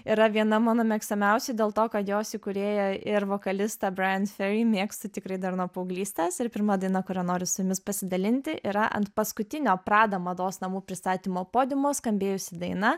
yra viena mano mėgstamiausių dėl to kad jos įkūrėja ir vokalistą bren fury mėgstu tikrai dar nuo paauglystės ir pirma daina kuria noriu su jumis pasidalinti yra ant paskutinio prada mados namų pristatymo podiumo skambėjusi daina